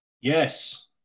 Yes